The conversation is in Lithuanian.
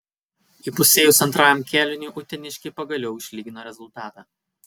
įpusėjus antrajam kėliniui uteniškiai pagaliau išlygino rezultatą